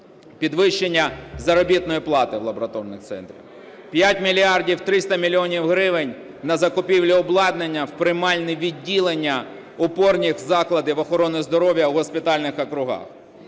підвищення заробітної плати в лабораторних центрах; 5 мільярдів 300 мільйонів гривень – на закупівлю обладнання в приймальні відділення опорних закладів охорони здоров'я в госпітальних округах;